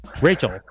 Rachel